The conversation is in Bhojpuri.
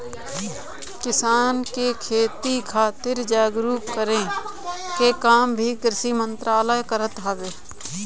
किसान के खेती खातिर जागरूक करे के काम भी कृषि मंत्रालय करत हवे